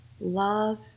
love